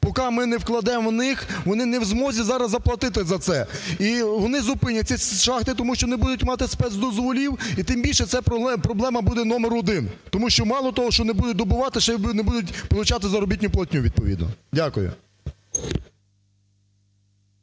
поки ми не вкладемо в них, вони не в змозі зараз заплатити за це, і вони зупинять ці шахти, тому що не будують мати спецдозволів і тим більше це проблема буде № 1. Тому що мало того, що не будуть добувати ще і не будуть получати заробітну платню відповідно. Дякую.